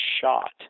shot